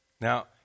Now